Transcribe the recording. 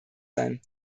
sein